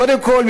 קודם כול,